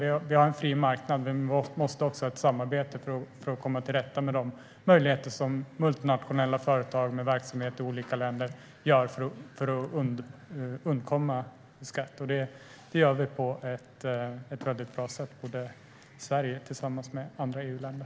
Vi har en fri marknad, och vi måste ha ett samarbete för att komma till rätta med de möjligheter som multinationella företag med verksamhet i olika länder har för att undkomma skatt. Detta gör vi på ett bra sätt både i Sverige och tillsammans med andra EU-länder.